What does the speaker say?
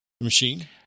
machine